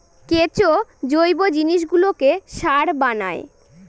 কেঁচো জৈব জিনিসগুলোকে সার বানায়